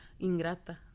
ingrata